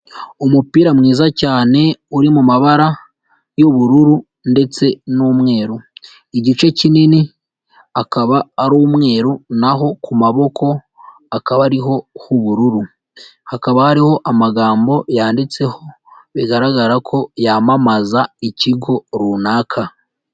Umupira mwiza cyane uri mu mabara y'ubururu ndetse n'umweru igice kinini akaba ari umweru, naho ku maboko akaba ariho h'ubururu hakaba hariho amagambo yanditseho bigaragara ko yamamaza ikigo runaka.